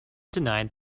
denied